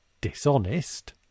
dishonest